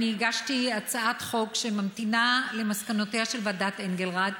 הגשתי הצעת חוק שממתינה למסקנותיה של ועדת אנגלרד,